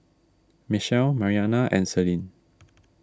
Michelle Marianna and Selene